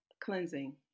Cleansing